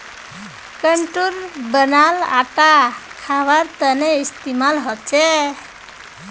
कुट्टूर बनाल आटा खवार तने इस्तेमाल होचे